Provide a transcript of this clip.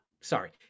sorry